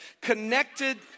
connected